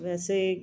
ਵੈਸੇ